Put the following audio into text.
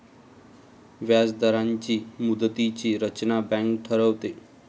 व्याजदरांची मुदतीची रचना बँक ठरवते